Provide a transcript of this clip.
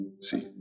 See